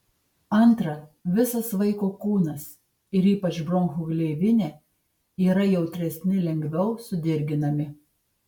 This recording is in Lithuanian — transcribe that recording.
antra visas vaiko kūnas ir ypač bronchų gleivinė yra jautresni lengviau sudirginami